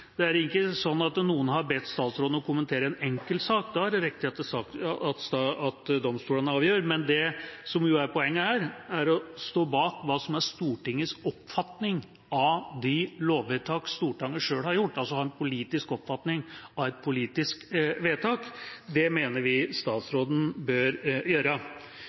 det er ikke sånn at noen har bedt statsråden om å kommentere en enkeltsak – da er det riktig at domstolene avgjør. Det som er poenget her, er å stå bak hva som er Stortingets oppfatning av de lovvedtak Stortinget selv har gjort, altså å ha en politisk oppfatning av et politisk vedtak. Det mener vi statsråden bør gjøre.